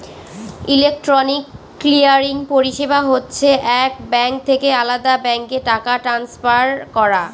electronic clearing পরিষেবা হচ্ছে এক ব্যাঙ্ক থেকে আলদা ব্যাঙ্কে টাকা ট্রান্সফার করা